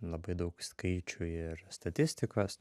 labai daug skaičių ir statistikos